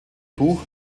buch